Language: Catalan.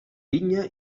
vinya